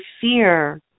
fear